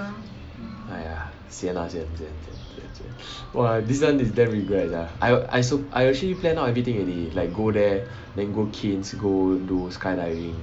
!aiya! sian lah sian sian sian !wah! this one is damn regret sia I I supp~ I actually planned out everything already like go there then go caines go do skydiving